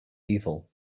evil